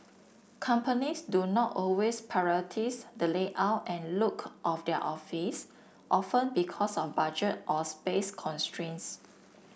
companies do not always prioritise the layout and look of their office often because of budget or space constraints